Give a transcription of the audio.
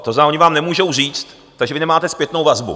To znamená, oni vám nemůžou říct, takže nemáte zpětnou vazbu.